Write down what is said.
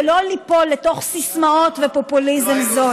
ולא ליפול לתוך סיסמאות ופופוליזם זול.